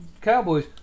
Cowboys